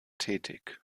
tätig